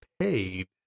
paid